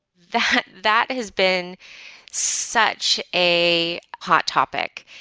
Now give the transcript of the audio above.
that that has been such a hot topic.